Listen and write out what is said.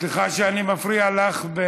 סליחה שאני מפריע לך.